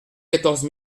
quatorze